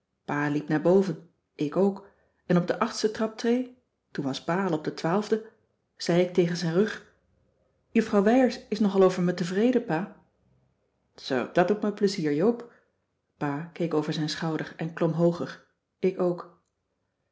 liep naar boven ik ook en op de achtste traptree toen was pa al op de twaalfde zei ik tegen zijn rug juffrouw wijers is nogal over me tevreden pa zoo dat doet me plezier joop pa keek over zijn schouder en klom hooger ik ook